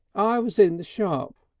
i was in the shop,